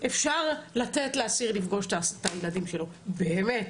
אפשר לתת לאסיר לפגוש את הילדים שלו, באמת.